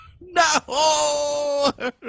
No